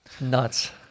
nuts